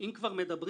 ניתן זריקת